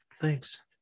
Thanks